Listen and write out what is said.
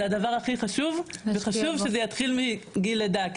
הדבר הכי חשוב וחשוב שזה יתחיל מגיל לידה,